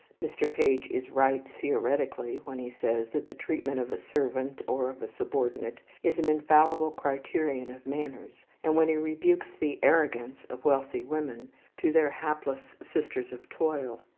mr. page is right theoretically when he says that the treatment of a servant or of a subordinate is an infallible criterion of manners, and when he rebukes the arrogance of wealthy women to their hapless sisters of toil.